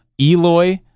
Eloy